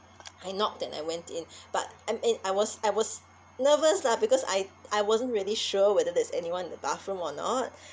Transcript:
I knocked then I went in but I'm in I was I was nervous lah because I I wasn't really sure whether there's anyone in the bathroom or not